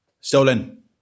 Stolen